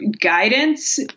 guidance